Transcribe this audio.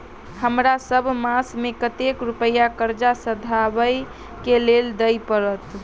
हमरा सब मास मे कतेक रुपया कर्जा सधाबई केँ लेल दइ पड़त?